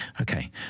Okay